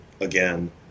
again